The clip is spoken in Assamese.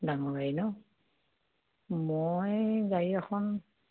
ডাঙৰ গাড়ী ন মই গাড়ী এখন